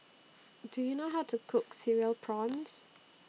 Do YOU know How to Cook Cereal Prawns